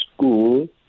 school